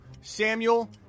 Samuel